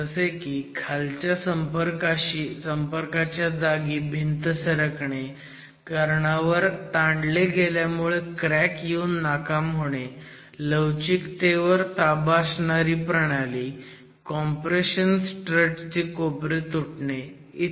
जसे की खालच्या संपर्काच्या जागी भिंत सरकणे कर्णावर ताणले गेल्यामुळे क्रॅक येऊन नाकाम होणे लवचिकतेवर ताबा असणारी प्रणाली कॉम्प्रेशन स्ट्रट चे कोपरे तुटणे ई